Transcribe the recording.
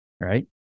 right